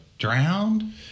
Drowned